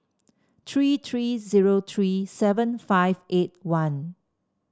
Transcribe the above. three three zero three seven five eight one